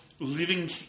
Living